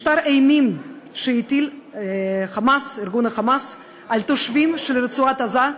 משטר אימים שהטיל ארגון ה"חמאס" על התושבים של רצועת-עזה,